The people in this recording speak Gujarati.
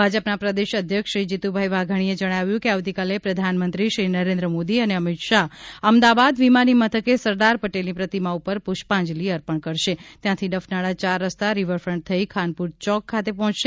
ભાજપના પ્રદેશ અધ્યક્ષ શ્રી જીતુભાઈ વાઘાણીએ જણાવ્યું છે કે આવતીકાલે પ્રધાનમંત્રી શ્રી નરેન્દ્ર મોદી અને અમિત શાહ અમદાવાદ વિમાની મથકે સરદાર પટેલની પ્રતિમા ઉપર પુષ્પાજંલિ અર્પણ કરશે ત્યાંથી ડફનાળા ચાર રસ્તા રીવરફન્ટ થઈ ખાનપુર ચોક ખાતે પહોંચશે